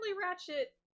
Ratchet